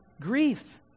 grief